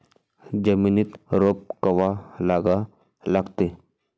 जमिनीत रोप कवा लागा लागते?